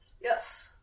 Yes